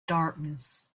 darkness